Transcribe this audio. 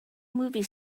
movie